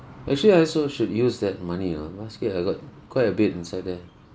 actually I also should use that money ah basket I got quite a bit inside there